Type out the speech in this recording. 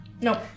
Nope